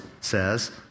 says